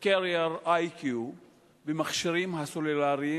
""Carrier IQ במכשירים הסלולריים.